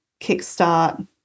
kickstart